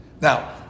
Now